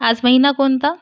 आज महिना कोणता